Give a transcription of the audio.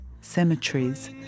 cemeteries